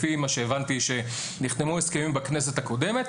לפי מה שהבנתי מההסכמים שנחתמו בכנסת הקודמת,